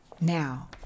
Now